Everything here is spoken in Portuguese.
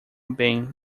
bem